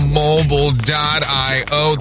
mobile.io